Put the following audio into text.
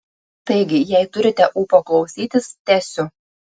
taigi jei turite ūpo klausytis tęsiu